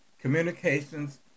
communications